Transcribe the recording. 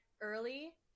early